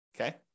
Okay